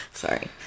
Sorry